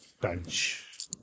bench